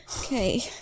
Okay